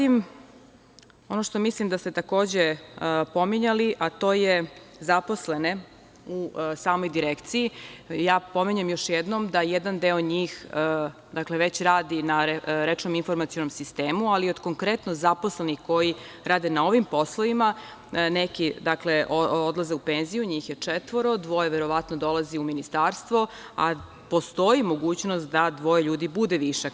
Ono što mislim da ste takođe pominjali, a to su zaposleni u samoj direkciji, pominjem još jednom da jedan deo njih već radi na rečnom informacionom sistemu, ali od konkretno zaposlenih koji rade na ovim poslovima, neki odlaze u penziju, njih četvoro, dvoje verovatno dolazi u ministarstvo, a postoji mogućnost da dvoje ljudi bude višak.